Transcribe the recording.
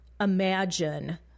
imagine